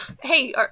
hey